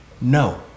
no